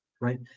right